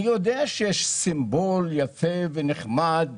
אני יודע שיש סימבול יפה ונחמד,